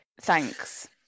thanks